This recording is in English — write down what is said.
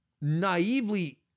naively